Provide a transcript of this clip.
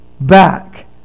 back